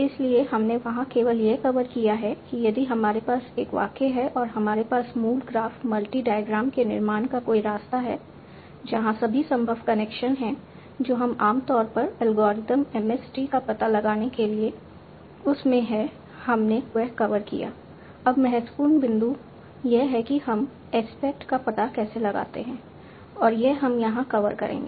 इसलिए हमने वहां केवल यह कवर किया है कि यदि हमारे पास एक वाक्य है और हमारे पास मूल ग्राफ़ मल्टी डायग्राम के निर्माण का कोई रास्ता है जहाँ सभी संभव कनेक्शन है जो हम आम तौर पर एल्गोरिथ्म MST का पता लगाने के लिए उस में है हमने वह कवर किया अब महत्वपूर्ण बिंदु यह है कि हम एस्पेक्ट का पता कैसे लगाते हैं और यह हम यहाँ कवर करेंगे